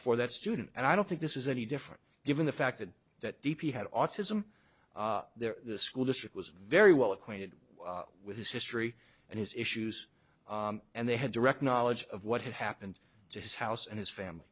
for that student and i don't think this is any different given the fact that d p had autism the school district was very well acquainted with his history and his issues and they had direct knowledge of what had happened to his house and his family